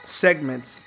segments